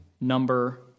number